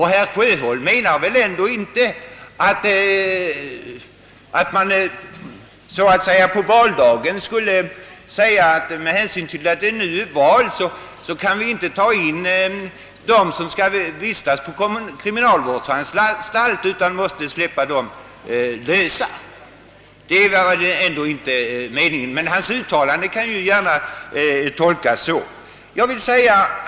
Herr Sjöholm menar väl ändå inte att man på valdagen skulle säga att man med hänsyn till att det nu är val inte kan ta in dem som skall vistas på kriminalvårdsanstalt? Det är nog inte meningen, men hans uttalande kan lätt tolkas så.